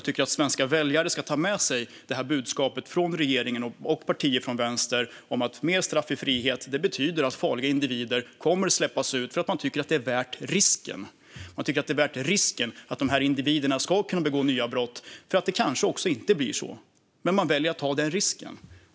Jag tycker att svenska väljare ska ta med sig det här budskapet från regeringen och partier till vänster. Mer straff i frihet betyder att farliga individer kommer att släppas ut, för man tycker att det är värt risken. Man tycker att det är värt risken att de här individerna begår nya brott, för det kanske inte blir så. Man väljer att ta den risken.